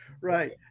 right